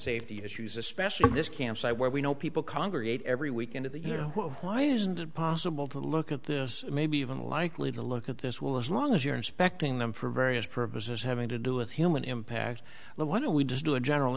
safety issues especially this campsite where we know people congregate every weekend of the year why isn't it possible to look at this maybe even likely to look at this will as long as you're inspecting them for various purposes having to do with human impact why don't we just do a general